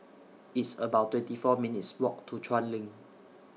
It's about twenty four minutes' Walk to Chuan LINK